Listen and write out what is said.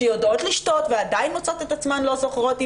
שיודעות לשתות ועדיין מוצאות את עצמן לא זוכרות,